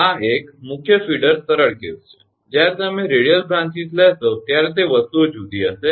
આ એક મુખ્ય ફીડર સરળ કેસ છે જ્યારે તમે રેડિયલ બ્રાંચીસ લેશો ત્યારે વસ્તુઓ જુદી હશે